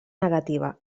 negativa